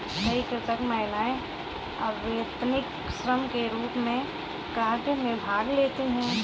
कई कृषक महिलाएं अवैतनिक श्रम के रूप में कृषि कार्य में भाग लेती हैं